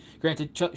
Granted